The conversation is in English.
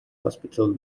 hospital